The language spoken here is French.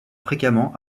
fréquemment